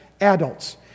adults